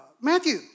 Matthew